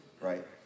right